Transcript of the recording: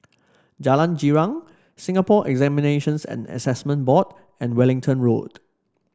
Jalan Girang Singapore Examinations and Assessment Board and Wellington Road